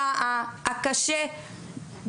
אמרת,